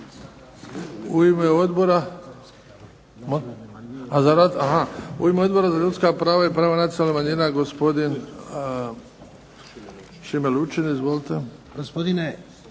U ime Odbora za ljudska prava i prava nacionalnih manjina gospodin Šime Lučin. Izvolite.